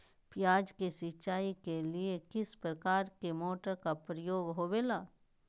प्याज के सिंचाई के लिए किस प्रकार के मोटर का प्रयोग होवेला?